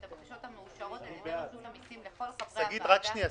את הבקשות המאושרות על ידי רשות המסים לכל חברי הוועדה"